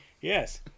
Yes